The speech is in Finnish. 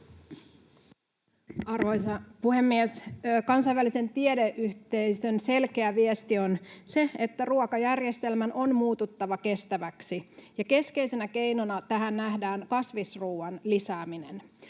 Arvoisa puhemies! Kansainvälisen tiedeyhteisön selkeä viesti on se, että ruokajärjestelmän on muututtava kestäväksi, ja keskeisenä keinona tähän nähdään kasvisruoan lisääminen.